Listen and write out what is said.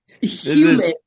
human